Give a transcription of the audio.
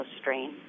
strain